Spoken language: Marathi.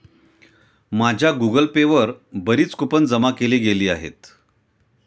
माझ्या गूगल पे वर बरीच कूपन जमा केली गेली आहेत